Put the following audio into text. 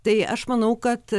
tai aš manau kad